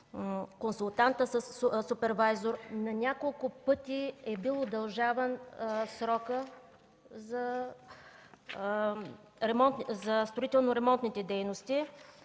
консултанта-супервайзор. На няколко пъти е бил удължаван срокът за строително-ремонтните дейности.